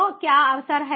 तो क्या अवसर हैं